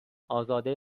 ازاده